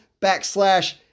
backslash